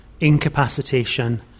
incapacitation